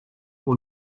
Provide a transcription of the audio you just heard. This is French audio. pour